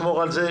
אשמור על זה,